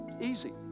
Easy